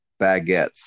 baguettes